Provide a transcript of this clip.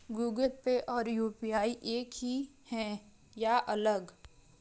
Google pay और UPI एक ही है या अलग?